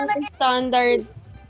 standards